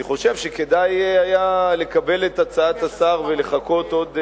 אני חושב שכדאי היה לקבל את הצעת השר ולחכות עוד,